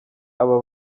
aba